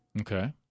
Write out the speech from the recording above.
Okay